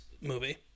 movie